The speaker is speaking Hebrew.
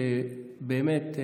שבאמת,